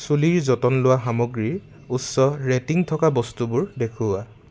চুলিৰ যতন লোৱা সামগ্ৰীৰ উচ্চ ৰেটিং থকা বস্তুবোৰ দেখুওৱা